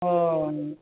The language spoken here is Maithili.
हँ